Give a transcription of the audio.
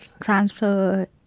transfer